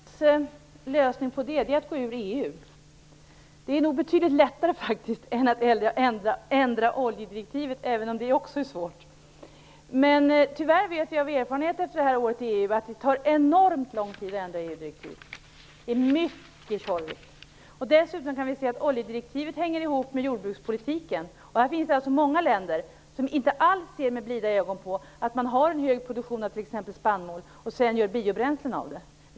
Herr talman! Miljöpartiets lösning på det är att gå ur EU, Lennart Brunander. Det är nog betydligt lättare än att ändra oljedirektivet, även om det också är svårt. Tyvärr vet vi av erfarenhet efter detta år i EU att det tar enormt lång tid att ändra EU-direktiv. Det är mycket tjorvigt. Dessutom kan vi se att oljedirektivet hänger ihop med jordbrukspolitiken. Det finns många länder som inte alls ser med blida ögon på att man har en hög produktion av t.ex. spannmål och sedan gör biobränslen av det.